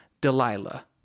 Delilah